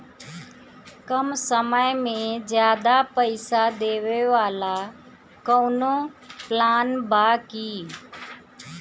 कम समय में ज्यादा पइसा देवे वाला कवनो प्लान बा की?